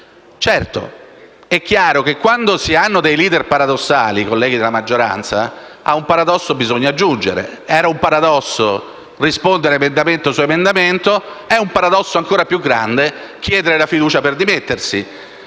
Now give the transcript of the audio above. odierna. È chiaro che quando si hanno dei *leader* paradossali, colleghi della maggioranza, ad un paradosso bisogna giungere: era un paradosso rispondere emendamento per emendamento; è un paradosso ancora più grande chiedere la fiducia per dimettersi.